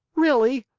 really?